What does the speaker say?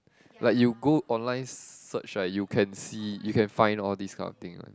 like you go online search right you can see you can find all this kind of thing one